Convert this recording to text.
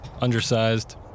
undersized